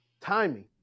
timing